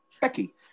Becky